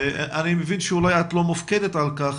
אני מבין שאת לא מופקדת על כך,